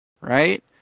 right